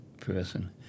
person